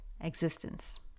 existence